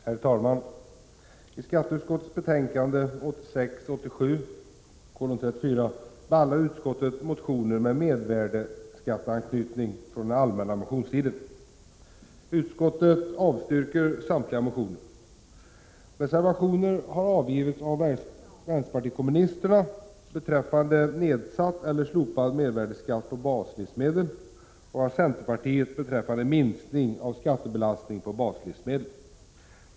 Herr talman! I skatteutskottets betänkande 1986/87:34 behandlar utskottet motioner med mervärdeskatteanknytning från den allmänna motionstiden. Utskottet avstyrker samtliga motioner. Reservationer har avgivits av vänsterpartiet kommunisterna beträffande nedsatt eller slopad mervärdeskatt på baslivsmedel och av centerpartiet beträffande en minskning av skattebelastningen på baslivsmedel.